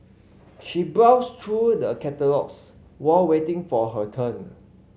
she browsed through the catalogues while waiting for her turn